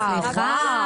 סליחה.